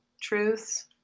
truths